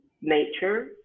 nature